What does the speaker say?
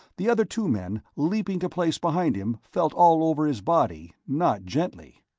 the other two men, leaping to place behind him, felt all over his body, not gently.